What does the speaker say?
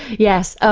yes, ah